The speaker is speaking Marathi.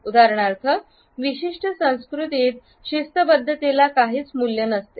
उदाहरणार्थ विशिष्ट संस्कृतीत शिस्तबद्ध तेला काहीच मूल्य नसतात